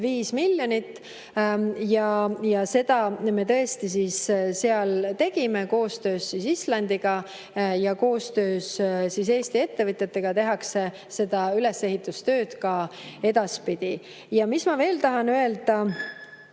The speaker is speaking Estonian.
ja seda me tõesti seal tegime koostöös Islandiga. Ja koostöös Eesti ettevõtjatega tehakse ülesehitustöid ka edaspidi. Mis ma veel tahan öelda,